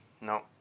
No